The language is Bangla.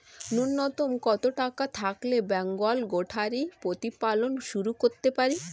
নূন্যতম কত টাকা থাকলে বেঙ্গল গোটারি প্রতিপালন শুরু করতে পারি?